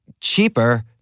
cheaper